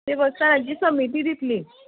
देवस्थानाची समिती दितली